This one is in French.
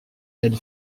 elle